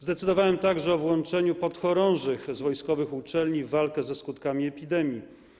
Zdecydowałem także o włączeniu podchorążych z wojskowych uczelni w walkę ze skutkami epidemii.